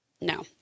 No